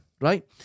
Right